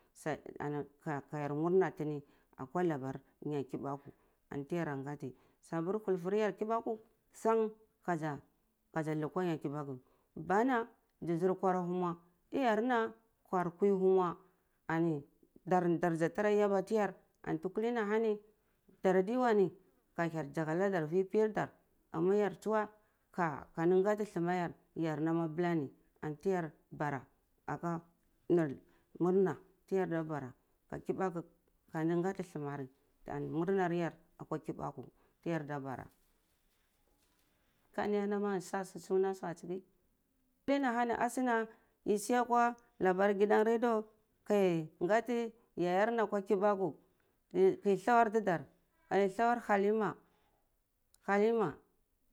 Sai ani ka kayar murah tini akwa labar nyat kibaku anti yar ta gati sapar kultur yar kibaku sang kaza kaza lukwa nyar kibaku bana zi zar nkwarahumwa iyar na nkwar kwihhunwa ani dar darza tara yaba tiyar antu kuli ahani daradini weh ka hyel zaga anadar vi piyar dar ana yar tsuweh ka kandi gahti thumayar yar nam abulani antiyar bara aka nar murna tiyarda bara ka kibaku kai ghati thumari ani murnar yar akwa kibaku tiyar da baa kubni ahani asuna yi si akwa labar gidan radio ki ghati apari yahyarna akwa kibaku keh thawar ti tidar a ani thawar halima halima.